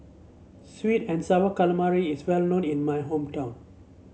sweet and sour calamari is well known in my hometown